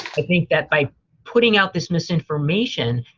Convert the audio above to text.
i think that, by putting out this misinformation,